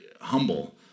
humble